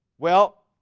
well,